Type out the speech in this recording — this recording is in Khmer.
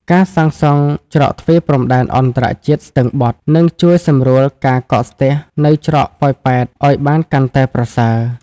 ការសាងសង់ច្រកទ្វារព្រំដែនអន្តរជាតិស្ទឹងបត់ នឹងជួយសម្រួលការកកស្ទះនៅច្រកប៉ោយប៉ែតឱ្យបានកាន់តែប្រសើរ។